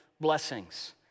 blessings